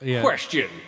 Question